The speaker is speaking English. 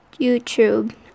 YouTube